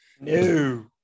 No